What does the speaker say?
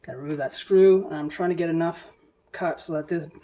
gotta remove that screw. i'm trying to get enough cut to let this